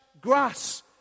grass